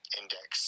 index